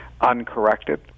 uncorrected